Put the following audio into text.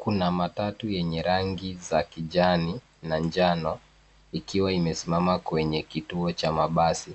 Kuna matatu enye rangi za kijani na njano ikiwa imesimama kwenye kituo cha mabasi.